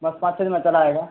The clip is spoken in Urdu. بس پانچ چھ دن میں چلا آئے گا